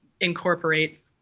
incorporate